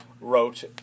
wrote